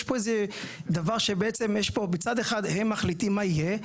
יש פה איזה דבר שמצד אחד הם מחליטים מה יהיה,